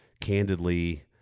candidly